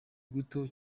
guto